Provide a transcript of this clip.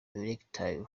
erectile